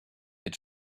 they